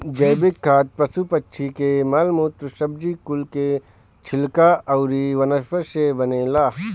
जैविक खाद पशु पक्षी के मल मूत्र, सब्जी कुल के छिलका अउरी वनस्पति से बनेला